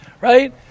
Right